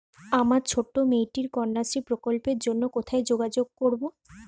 আমার ছোট্ট মেয়েটির কন্যাশ্রী প্রকল্পের জন্য কোথায় যোগাযোগ করব?